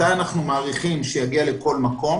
מתי אנחנו מעריכים שזה יגיע לכל מקום.